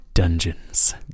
Dungeons